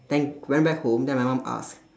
then went back home then my mum ask